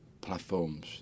platforms